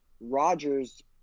Rodgers